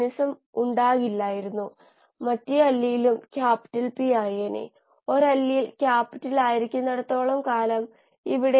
ഓരോ പദാർത്ഥത്തിനും റിഡക്റ്റൻസ് നൽകിയിട്ടുണ്ട്